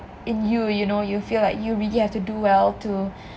in you you know you feel like you really have to do well to